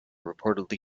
reportedly